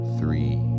three